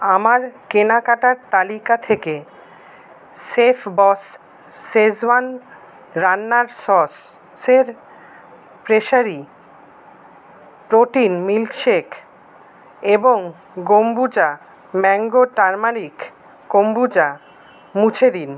আমার কেনাকাটার তালিকা থেকে শেফবস শেজওয়ান রান্নার সসের প্রেসারি প্রোটিন মিল্কশেক এবং গোম্বুচা ম্যাঙ্গো টারমারিক কম্বুচা মুছে দিন